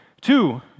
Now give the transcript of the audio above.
Two